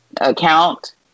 account